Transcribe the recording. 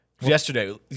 yesterday